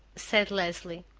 said leslie.